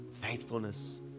faithfulness